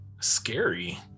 scary